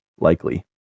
likely